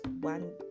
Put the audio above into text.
one